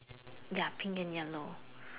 ya pink and yellow